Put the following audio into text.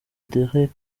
derek